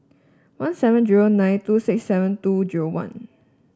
one seven zero nine two six seven two zero one